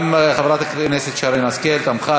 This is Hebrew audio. גם חברת הכנסת שרן השכל תמכה,